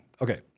Okay